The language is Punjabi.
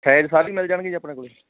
ਸਾਈਜ਼ ਸਾਰੇ ਮਿਲ ਜਾਣਗੇ ਜੀ ਆਪਣੇ ਕੋਲ